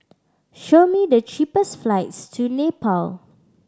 show me the cheapest flights to Nepal